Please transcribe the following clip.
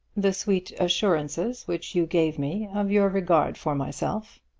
the sweet assurances which you gave me of your regard for myself.